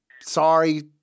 Sorry